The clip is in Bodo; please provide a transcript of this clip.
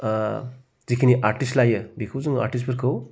जिखिनि आरटिस्ट लायो बेखौ जोङो आरटिस्टफोरखौ